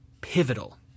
pivotal